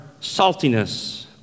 saltiness